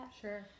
Sure